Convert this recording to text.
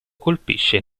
colpisce